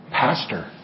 Pastor